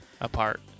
apart